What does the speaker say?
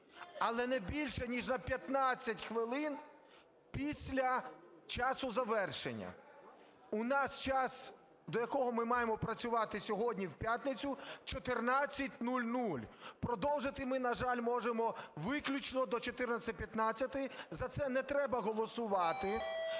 але не більше ніж на 15 хвилин після часу завершення. У нас час, до якого ми маємо працювати сьогодні, в п'ятницю, 14:00. Продовжити ми, на жаль, можемо виключно до 14:15. За це не треба голосувати,